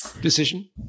decision